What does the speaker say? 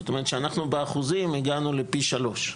זאת אומרת שאנחנו באחוזים הגענו לפי שלוש.